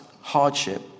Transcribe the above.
hardship